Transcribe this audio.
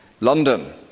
London